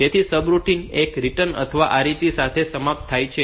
તેથી સબરૂટિન એ રીટર્ન અથવા RET સાથે સમાપ્ત થાય છે